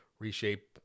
reshape